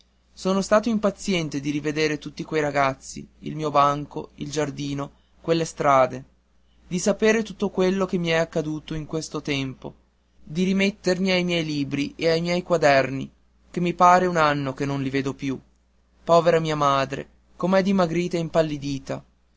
sono tanto impaziente di rivedere tutti quei ragazzi il mio banco il giardino quelle strade di sapere tutto quello che è accaduto in questo tempo di rimettermi ai miei libri e ai miei quaderni che mi pare un anno che non li vedo più povera mia madre com'è dimagrata